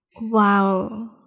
Wow